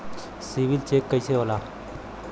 CIBIL check कइसे होला?